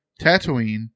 Tatooine